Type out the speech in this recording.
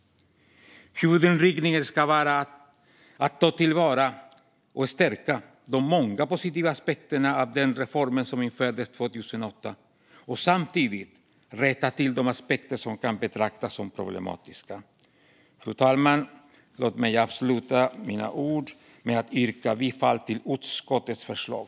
Huvudinriktningen ska vara att ta till vara och stärka de många positiva aspekterna av den reform som infördes 2008 och samtidigt rätta till de aspekter som kan betraktas som problematiska. Fru talman! Låt mig avsluta med att yrka bifall till utskottets förslag.